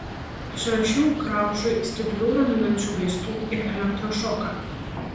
išrašiau graužui stiprių raminančių vaistų ir elektros šoką